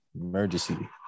Emergency